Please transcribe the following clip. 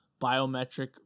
biometric